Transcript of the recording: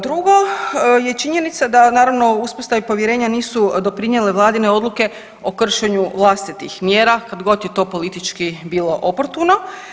Drugo je činjenica da naravno uspostavi povjerenja nisu doprinjele vladine odluke o kršenju vlastitih mjera kad god je to politički bilo oportuno.